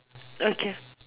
okay